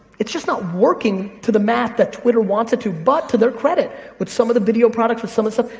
it's just not working to the math that twitter wants it to. but to their credit, with some of the video products, with some of the